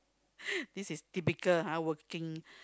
this is typical ha working